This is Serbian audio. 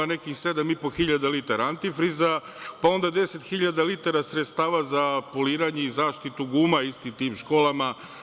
Nekih 7500 litara antifriza, pa onda 10000 sredstava za poliranje i zaštitu guma istim tim školama.